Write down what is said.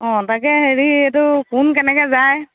অ তাকে হেৰি এইটো কোন কেনেকৈ যায়